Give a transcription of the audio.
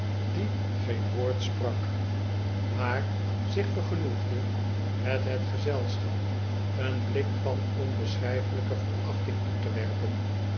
die geen woord sprak maar zich vergenoegde met het gezelschap een blik van onbeschrijfelijke verachting toe te werpen